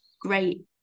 great